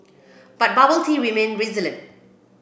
but bubble tea remain resilient